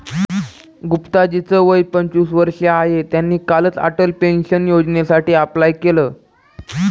गुप्ता जी च वय पंचवीस वर्ष आहे, त्यांनी कालच अटल पेन्शन योजनेसाठी अप्लाय केलं